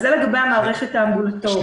זה לגבי המערכת האמבולטורית.